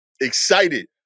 excited